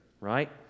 right